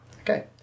Okay